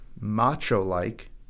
macho-like